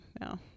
No